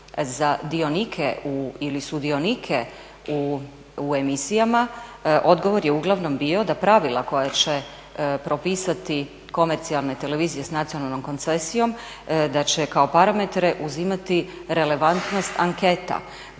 za dionike ili sudionike u emisijama odgovor je uglavnom bio da pravila koja će propisati komercijalne televizije s nacionalnom koncesijom da će kao parametre uzimati relevantnost anketa.